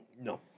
No